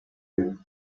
you